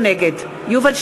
נגד יובל שטייניץ,